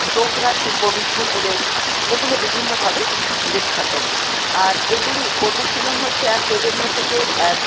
ডোকরাশিল্প বিষ্ণুপুরের এগুলো বিভিন্নভাবে বিখ্যাত আর এগুলি অনুশীলন হচ্ছে এক প্রজন্ম থেকে এক